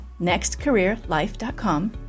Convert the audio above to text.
nextcareerlife.com